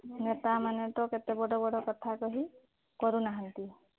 ନେତାମାନେ ତ କେତେ ବଡ଼ ବଡ଼ କଥା କହି କରୁନାହାନ୍ତି